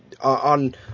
on